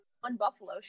one-buffalo